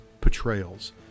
portrayals